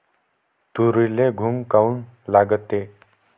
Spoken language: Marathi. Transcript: तुरीले घुंग काऊन लागते?